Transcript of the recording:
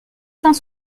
cent